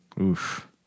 Oof